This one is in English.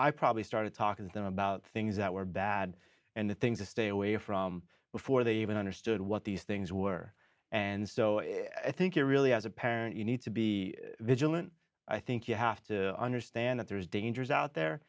i probably started talking to them about things that were bad and the things to stay away from before they even understood what these things were and so i think it really as a parent you need to be vigilant i think you have to understand that there's dangers out there